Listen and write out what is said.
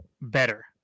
better